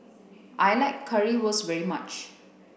I like Currywurst very much